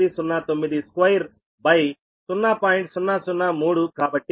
003కాబట్టి అది 4